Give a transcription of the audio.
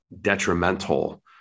detrimental